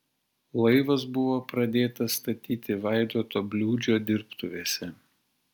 laivas buvo pradėtas statyti vaidoto bliūdžio dirbtuvėse